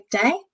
day